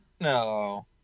No